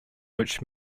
which